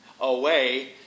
away